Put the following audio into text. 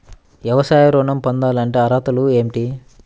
వ్యవసాయ ఋణం పొందాలంటే అర్హతలు ఏమిటి?